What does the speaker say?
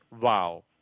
wow